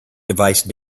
device